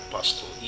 Pastor